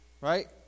Right